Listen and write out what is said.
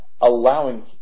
allowing